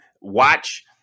watch